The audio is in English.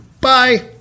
bye